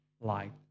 light